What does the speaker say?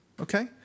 okay